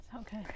Okay